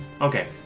Okay